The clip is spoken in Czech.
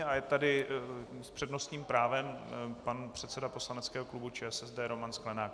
A je tady s přednostním právem pan předseda poslaneckého klubu ČSSD Roman Sklenák.